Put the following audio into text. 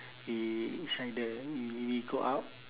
eh it's like the we we go out